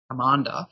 commander